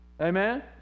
Amen